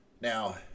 Now